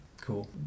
cool